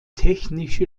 technische